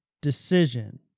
decision